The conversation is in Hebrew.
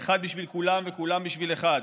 האחד בשביל כולם וכולם בשביל אחד.